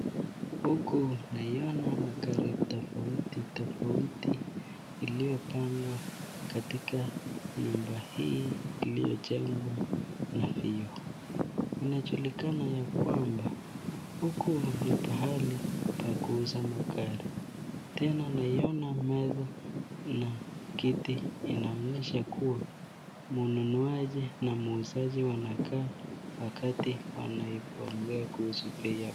Huku naiona magari tafouti iliyopangwa katika nyumba hii iliyojengwa na vioo. Inajulikana yakwamba huku ni pahali pa kuusa magari, tena naiona meza na kiti inaonesha kuwa mnunuaji na muuzaji wanakaa wakati wanaiongea kuhusu bei yao.